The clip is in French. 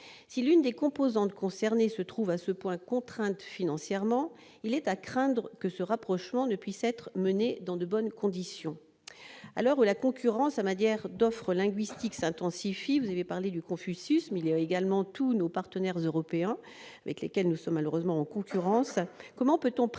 Si l'une des composantes concernées se trouve à ce point contrainte financièrement, il est à craindre que ce rapprochement ne puisse être mené dans de bonnes conditions. Monsieur le secrétaire d'État, à l'heure où la concurrence en matière d'offre linguistique s'intensifie- vous avez parlé des centres Confucius, mais il y a aussi tous nos partenaires européens, avec lesquels nous sommes malheureusement en concurrence -, comment pouvons-nous